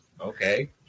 okay